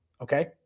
Okay